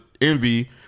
Envy